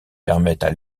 permettent